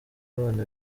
abana